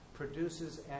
produces